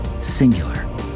singular